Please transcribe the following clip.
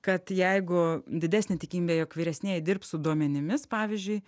kad jeigu didesnė tikimybė jog vyresnieji dirbs su duomenimis pavyzdžiui